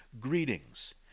greetings